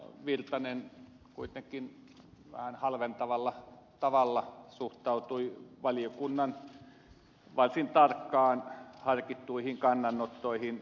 virtanen kuitenkin vähän halventavalla tavalla suhtautui valiokunnan varsin tarkasti harkittuihin kannanottoihin